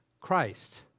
Christ